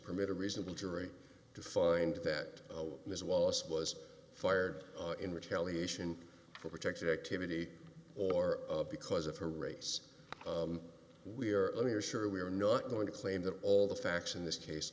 permit a reasonable jury to find that oh ms wallace was fired in retaliation for protected activity or because of her race we are only are sure we are not going to claim that all the facts in this case